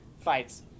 fights